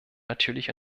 natürlich